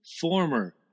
former